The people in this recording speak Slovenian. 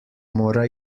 mora